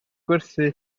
gwerthu